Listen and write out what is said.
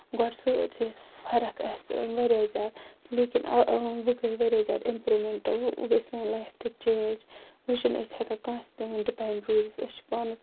گۄڈٕ سٲرسٕے اَسہِ فرق واریاہ زیادٕ لیکِن وونۍ گٔے واریاہ زیادٕ اِمپروٗمینٹ وۄنۍ گٔے سٲنۍ لایف تہِ چینج وۄنۍ چھِنہٕ أسۍ ہیٚکان کٲنسہِ ڈِپیٚنڈ روٗزِتھ أسۍ چھِ پانس